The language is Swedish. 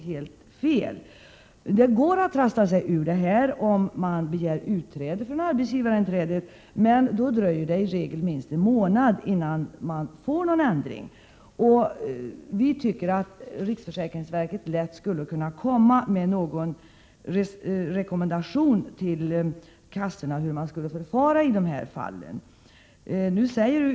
Det finns möjlighet att trassla sig ur detta om man begär utträde från arbetsgivarinträdet, men då dröjer det i regel minst en månad innan det blir någon ändring. Vi tycker att riksförsäkringsverket lätt skulle kunna komma med en rekommendation till sjukförsäkringskassorna om hur de skall förfara i dessa fall.